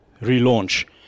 relaunch